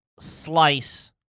Slice